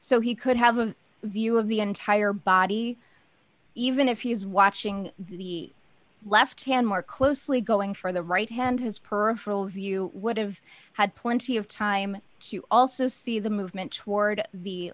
so he could have a view of the entire body even if he is watching the left hand more closely going for the right hand his professional view would have had plenty of time to also see the movement toward